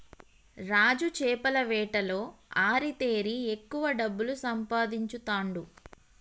రాజు చేపల వేటలో ఆరితేరి ఎక్కువ డబ్బులు సంపాదించుతాండు